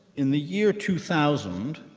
in the year two thousand,